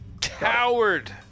Coward